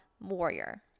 Warrior